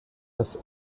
das